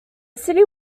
city